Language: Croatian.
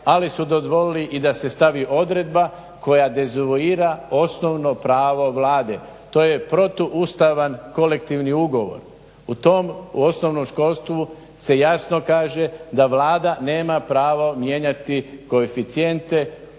ali su dozvolili i da se stavi odredba koja dezavuira osnovno pravo Vlade. To je protuustavan kolektivni ugovor. U tom osnovnom školstvu se jasno kaže da Vlada nema pravo mijenjati koeficijente